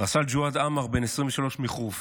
רס"ל ג'ואד עאמר, בן 23 מחורפיש,